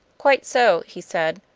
quite so, he said.